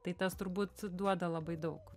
tai tas turbūt duoda labai daug